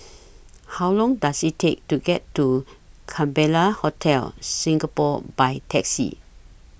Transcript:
How Long Does IT Take to get to Capella Hotel Singapore By Taxi